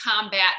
combat